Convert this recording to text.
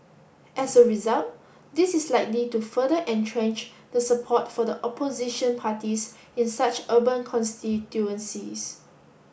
as a result this is likely to further entrench the support for the opposition parties in such urban constituencies